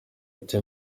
ati